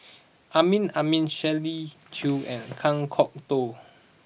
Amin Amin Shirley Chew and Kan Kwok Toh